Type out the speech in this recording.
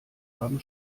haben